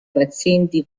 pazienti